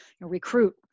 recruit